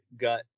got